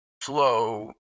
slow